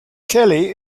kelly